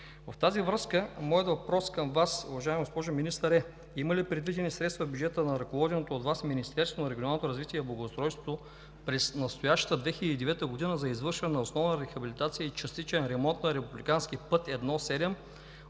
В тази връзка моят въпрос към Вас, уважаема госпожо Министър, е: има ли предвидени средства в бюджета на ръководеното от Вас Министерство на регионалното развитие и благоустройството през настоящата 2019 г. за извършване на основна рехабилитация и частичен ремонт на републикански път 1-7